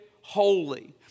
holy